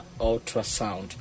ultrasound